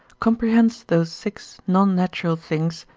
comprehends those six non-natural things,